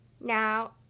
Now